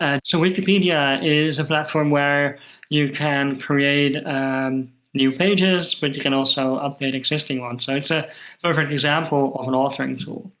and so wikipedia is a platform where you can create new pages, but you can also update existing ones. so it's a perfect example of an authoring tool.